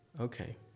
Okay